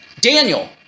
Daniel